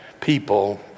people